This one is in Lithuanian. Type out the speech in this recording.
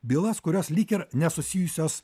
bylas kurios lyg ir nesusijusios